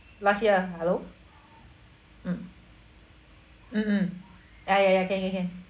last year hello mm mmhmm ah ya ya can can can